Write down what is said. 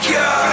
God